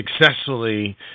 successfully